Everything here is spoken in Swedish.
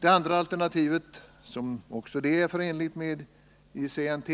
Det andra alternativet, som också detta är förenligt med ICNT,